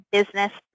Business